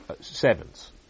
sevens